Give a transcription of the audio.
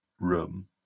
room